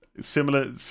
Similar